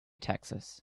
taxes